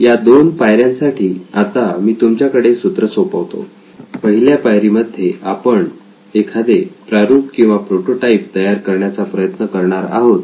या दोन पायऱ्यांसाठी आता मी तुमच्याकडे सूत्र सोपवतो पहिल्या पायरी मध्ये आपण एखादे प्रारूप किंवा प्रोटोटाइप तयार करण्याचा प्रयत्न करणार आहोत